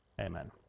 Amen